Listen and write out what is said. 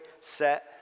set